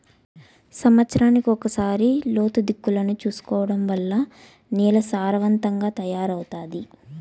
సమత్సరానికి ఒకసారి లోతు దుక్కులను చేసుకోవడం వల్ల నేల సారవంతంగా తయారవుతాది